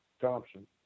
Thompson